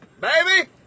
Baby